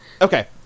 Okay